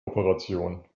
operation